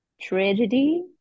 tragedy